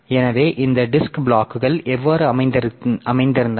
எனவே இந்த டிஸ்க் பிளாக்கள் எவ்வாறு அமைந்திருந்தன